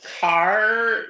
car